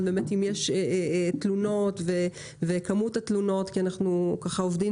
אם יש תלונות ואת כמות התלונות כי אנחנו עובדים